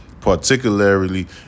particularly